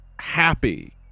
happy